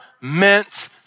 meant